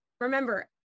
remember